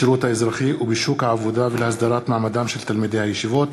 בשירות האזרחי ובשוק העבודה ולהסדרת מעמדם של תלמידי הישיבות,